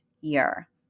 year